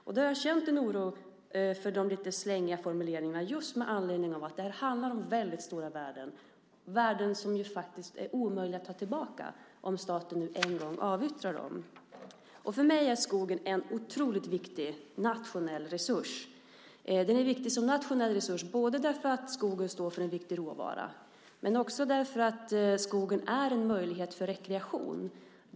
Jag har känt en oro för de lite svängiga formuleringarna just med anledning av att det här handlar om stora värden - värden som är omöjliga att ta tillbaka om staten nu en gång avyttrar dem. För mig är skogen en otroligt viktig nationell resurs. Den är viktig som nationell resurs både därför att den står för en viktig råvara och därför att den är en möjlighet för rekreation.